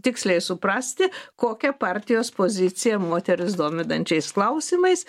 tiksliai suprasti kokia partijos pozicija moteris dominančiais klausimais